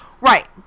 right